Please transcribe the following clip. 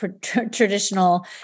traditional